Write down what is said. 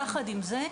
יחד עם זאת,